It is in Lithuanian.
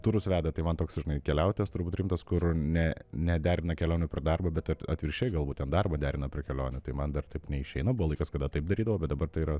turus veda tai man toks žinai keliautojas turbūt rimtas kur ne nederina kelionių prie darbo bet atvirkščiai galbūt ten darbą derina prie kelionių tai man dar taip neišeina buvo laikas kada taip darydavau bet dabar tai yra